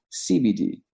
CBD